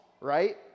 right